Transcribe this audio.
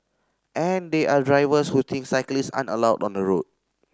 and there are drivers who think cyclist aren't allowed on the road